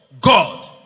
God